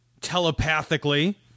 telepathically